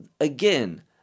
again